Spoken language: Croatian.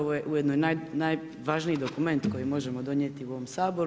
Ovo je ujedno i najvažniji dokument koji možemo donijeti u ovom Saboru.